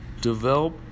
Develop